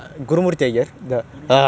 that [one] ah ha ha